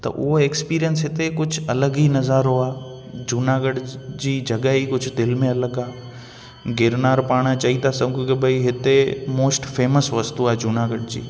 त उहो एक्सपीरियंस हिते कुझु अलॻि ई नज़ारो आहे जूनागढ़ जी जॻहि ई कुझु दिलि में अलॻि आहे गिरिनार पाण चई था सघूं की भाई हिते मोस्ट फेमस वस्तु आहे जूनागढ़ जी